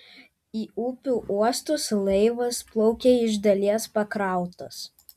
į upių uostus laivas plaukia iš dalies pakrautas